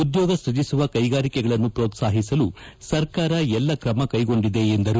ಉದ್ಯೋಗ ಸ್ಪಜಿಸುವ ಕೈಗಾರಿಕೆಗಳನ್ನು ಪ್ರೋತ್ಪಾಹಿಸಲು ಸರ್ಕಾರ ಎಲ್ಲ ಕ್ರಮ ಕೈಗೊಂಡಿದೆ ಎಂದರು